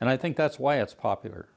and i think that's why it's popular